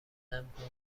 امکان